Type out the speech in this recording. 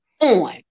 on